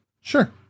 Sure